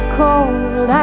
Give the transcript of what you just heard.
cold